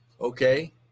okay